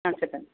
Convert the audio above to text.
చెప్పండి